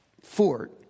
fort